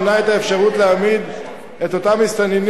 ימנע את האפשרות להעמיד את אותם מסתננים